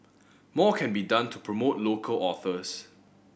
more can be done to promote local authors